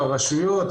הרשויות,